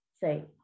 say